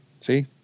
See